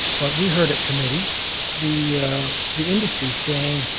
but we heard at committee the the industry saying,